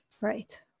Right